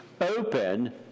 open